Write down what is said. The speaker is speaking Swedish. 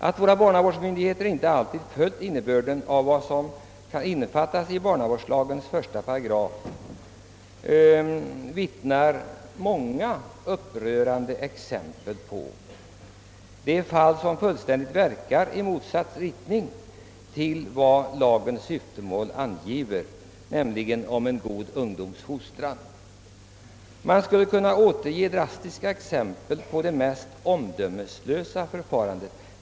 Att våra barnavårdsmyndigheter inte alltid följt innebörden av det som kan innefattas i barnavårdslagens 1 8, därom vittnar många upprörande exempel. Det är fall som har handlagts i rak motsats till det syftemål som anges i lagen, nämligen en god ungdomsfostran. Drastiska exempel på det mest omdömeslösa förfarande skulle kunna återges.